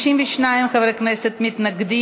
52 חברי כנסת בעד,